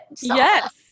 Yes